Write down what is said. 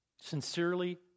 sincerely